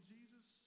Jesus